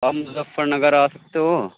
آپ مظفر نگر آ سکتے ہو